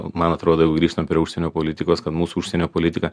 man atrodo jau grįžtam prie užsienio politikos kad mūsų užsienio politika